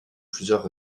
plusieurs